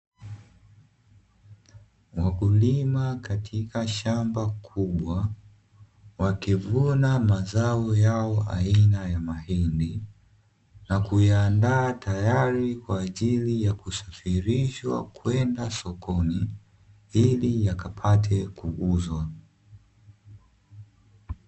Wakulima katika shamba kubwa wakivuna mazao yao aina ya mahindi na kuyaanda, tayari kwa ajili ya kusafirisha kwenda sokoni, ili yakapate kuuzwa.